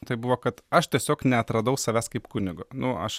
tai buvo kad aš tiesiog neatradau savęs kaip kunigo nu aš